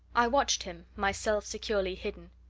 i watched him myself securely hidden.